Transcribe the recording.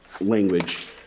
language